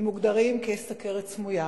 הם מוגדרים כבעלי סוכרת סמויה.